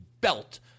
belt